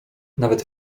nawet